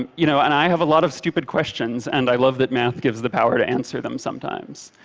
and you know and i have a lot of stupid questions, and i love that math gives the power to answer them sometimes.